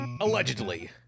Allegedly